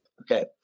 Okay